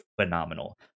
phenomenal